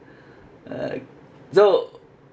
ugh so